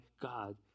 God